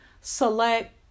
select